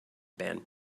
band